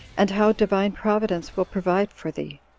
and how divine providence will provide for thee.